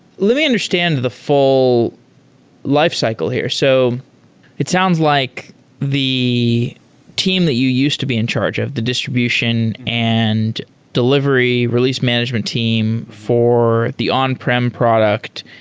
let me understand the full lifecycle here. so it sounds like the team that you used to be in charge of, the distribution and delivery release management team for the on-prem product,